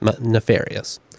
nefarious